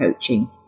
coaching